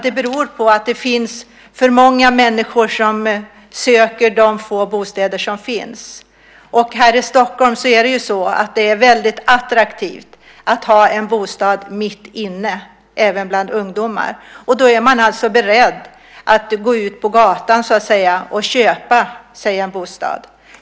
Det beror på att det finns för många människor som söker de få bostäder som finns. Här i Stockholm är det väldigt attraktivt att ha en bostad mitt inne i staden även bland ungdomar. Man är beredd att gå ut på gatan, så att säga, och köpa sig en bostad.